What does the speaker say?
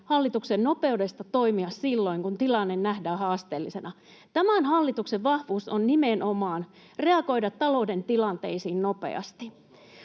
hallituksen nopeudesta toimia silloin, kun tilanne nähdään haasteellisena. Tämän hallituksen vahvuus on nimenomaan reagoida talouden tilanteisiin nopeasti.